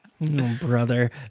brother